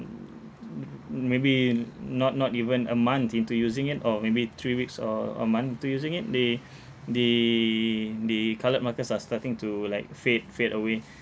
m~ m~ maybe not not even a month into using it or maybe three weeks or a month into using it they the the coloured markers are starting to like fade fade away